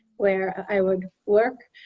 where i would work